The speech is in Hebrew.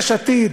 יש עתיד